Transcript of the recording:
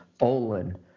Olin